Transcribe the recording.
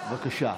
בבקשה.